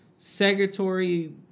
segregatory